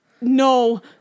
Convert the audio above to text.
no